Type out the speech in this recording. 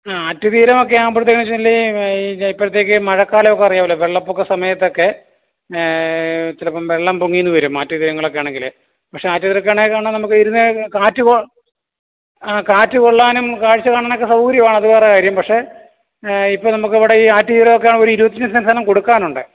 ആ ആറ്റുതീരവൊക്കെ ആകുമ്പോഴത്തെക്കെച്ചാൽ ഇപ്പോഴത്തേക്ക് മഴക്കാലവൊക്കെ അറിയാവല്ലോ വെള്ളപ്പൊക്കം സമയത്തക്കെ ചിലപ്പം വെള്ളം പൊങ്ങിന്ന് വരും ആറ്റു തിരങ്ങളക്കെ ആണെങ്കിൽ പക്ഷേ ആറ്റു തിരക്കെയാണെക്കാരണം കാറ്റ് കൊ കാറ്റ് കൊള്ളാനും കാഴ്ച്ച കാണാനുക്കെ സൗകര്യവാണ് അത് വേറെ കാര്യം പക്ഷേ ഇപ്പം നമുക്കിവിടെ ഈ ആറ്റുതീരവക്കെ ഒരു ഇരുപത്തഞ്ച് സെൻറ്റ് സ്ഥലം കൊടുക്കാനുണ്ട്